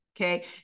okay